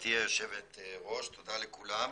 גברתי היושבת ראש, תודה לכולם.